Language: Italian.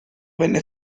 venne